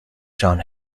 john